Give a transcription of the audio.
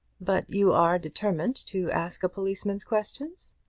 but you are determined to ask a policeman's questions?